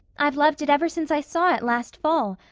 i've loved it ever since i saw it last fall.